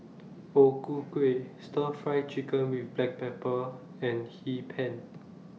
O Ku Kueh Stir Fry Chicken with Black Pepper and Hee Pan